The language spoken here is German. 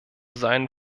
seinen